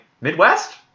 Midwest